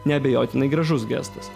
neabejotinai gražus gestas